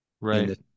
Right